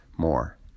more